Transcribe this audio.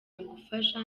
ugufasha